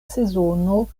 sezono